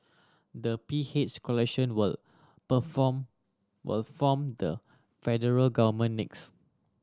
the P H coalition will perform were form the federal government next